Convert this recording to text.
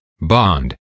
bond